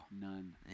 None